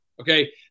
Okay